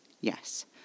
Yes